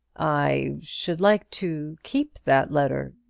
i should like to keep that letter,